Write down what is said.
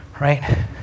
right